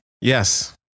Yes